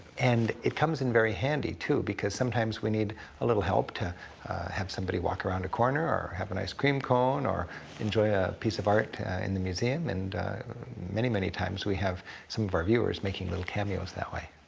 and it comes in very handy, too, because sometimes we need a little help to have somebody walk around a corner or have an ice-cream cone or enjoy a piece of art in the museum, and many, many times, we have some of our viewers making little cameos that way.